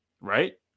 Right